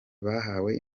bahawe